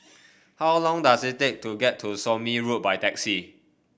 how long does it take to get to Somme Road by taxi